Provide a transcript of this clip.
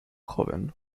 joven